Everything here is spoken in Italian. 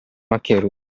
maccheroni